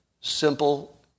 simple